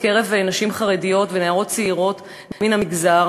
בקרב נשים חרדיות ונערות צעירות מן המגזר,